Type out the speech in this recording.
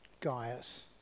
Gaius